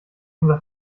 unser